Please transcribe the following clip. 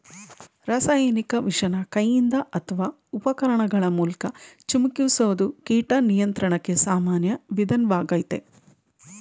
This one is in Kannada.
ರಾಸಾಯನಿಕ ವಿಷನ ಕೈಯಿಂದ ಅತ್ವ ಉಪಕರಣಗಳ ಮೂಲ್ಕ ಚಿಮುಕಿಸೋದು ಕೀಟ ನಿಯಂತ್ರಣಕ್ಕೆ ಸಾಮಾನ್ಯ ವಿಧಾನ್ವಾಗಯ್ತೆ